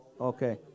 Okay